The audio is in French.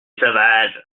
sauvages